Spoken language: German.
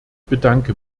bedanke